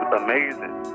amazing